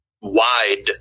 wide